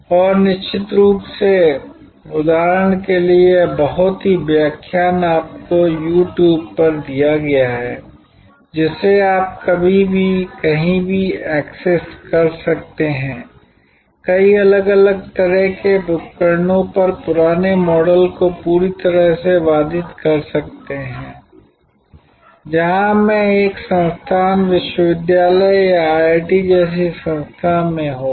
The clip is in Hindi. और निश्चित रूप से उदाहरण के लिए यह बहुत ही व्याख्यान आपको YouTube पर दिया गया है जिसे आप कभी भी कहीं भी एक्सेस कर सकते हैं कई अलग अलग प्रकार के उपकरणों पर पुराने मॉडल को पूरी तरह से बाधित कर सकते हैं जहां मैं एक संस्थान विश्वविद्यालय या IIT जैसी संस्था में होगा